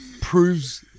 proves